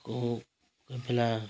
बेला